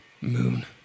moon